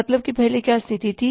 मतलब पहले क्या स्थिति थी